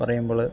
പറയുമ്പോൾ